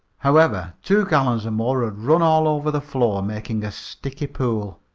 however, two gallons or more had run all over, the floor, making a sticky pool.